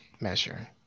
measure